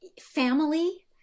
family